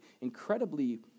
incredibly